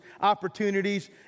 opportunities